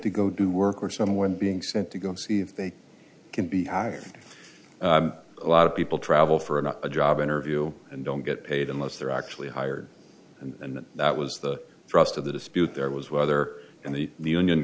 to go to work or someone being sent to go see if they can be hired a lot of people travel for a not a job interview and don't get paid unless they're actually hired and that was the thrust of the dispute there was weather and the union